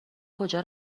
کجا